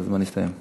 כי הזמן הסתיים.